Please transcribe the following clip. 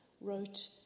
wrote